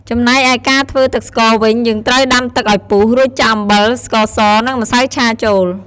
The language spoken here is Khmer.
ចំណែកឯការធ្វើទឺកស្ករវិញ យើងត្រូវដាំទឺកឱ្យពុះ រួចចាក់អំបិល ស្ករស និងម្សៅឆាចូល។